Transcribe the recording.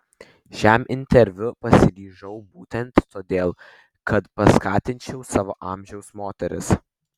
šiam interviu pasiryžau būtent todėl kad paskatinčiau savo amžiaus moteris